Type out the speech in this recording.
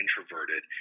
introverted